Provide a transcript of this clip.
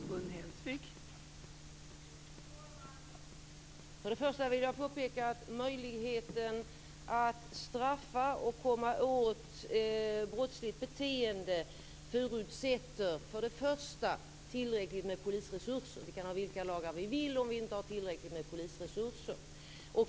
Fru talman! Först och främst vill jag påpeka att möjligheten att straffa och komma åt brottsligt beteende för det första förutsätter tillräckligt med polisresurser. Vi kan ha vilka lagar vi vill om vi inte har tillräckligt med polisresurser.